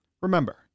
Remember